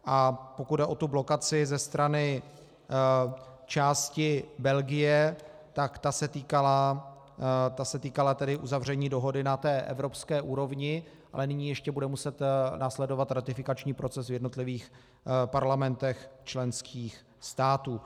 A pokud jde o tu blokaci ze strany části Belgie, tak ta se týkala tedy uzavření dohody na evropské úrovni, ale nyní ještě bude muset následovat ratifikační proces v jednotlivých parlamentech členských států.